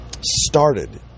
Started